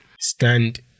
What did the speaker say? stand